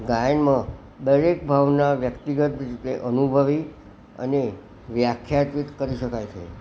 ગાયનમાં દરેક ભાવના વ્યક્તિગત રીતે અનુભવી અને વ્યાખ્યા ત્વિક કરી શકાય છે